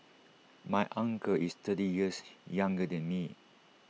my uncle is thirty years younger than me